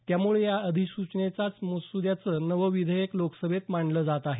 त्यामुळं या अधिसुचनेच्याच मसुद्याचं नवं विधेयक लोकसभेत मांडलं जात आहे